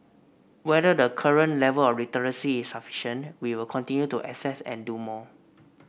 whether the current level of literacy is sufficient we will continue to assess and do more